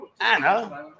Anna